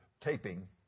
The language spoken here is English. taping